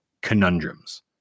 conundrums